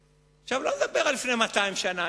עכשיו, אני לא מדבר על לפני 200 שנה.